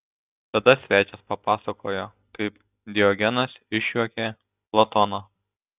tada svečias papasakojo kaip diogenas išjuokė platoną